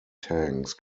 tanks